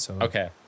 Okay